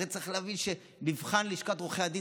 הרי צריך להבין שמבחן לשכת עורכי הדין